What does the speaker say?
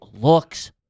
looks